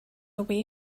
away